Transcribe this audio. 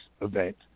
event